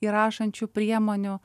įrašančių priemonių